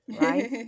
right